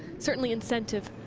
certainly incentive